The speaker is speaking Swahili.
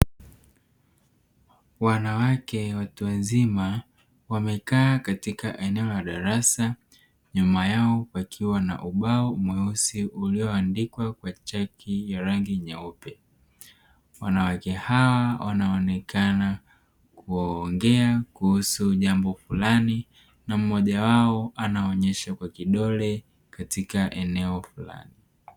Wanawake watu wazima wamekaa katika eneo la darasa nyuma yao pakiwa na ubao mweusi ulioandikwa kwa chaki ya rangi nyeupe. Wanawake hawa wanaonekana kuongea kuhusu jambo fulani na mmoja wao anaonesha kwa kidole katika eneo fulani.